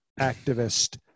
activist